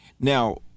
now